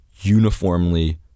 uniformly